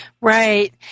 right